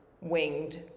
winged